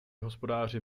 hospodáři